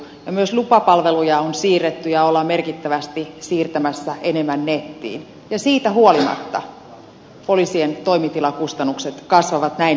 myös lupapalveluja on siirretty ja ollaan merkittävästi siirtämässä enemmän nettiin ja siitä huolimatta poliisien toimitilakustannukset kasvavat näin merkittävästi